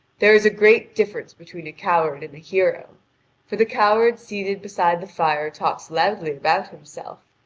there is a great difference between a coward and a hero for the coward seated beside the fire talks loudly about himself,